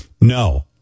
No